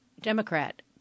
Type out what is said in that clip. Democrat